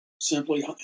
simply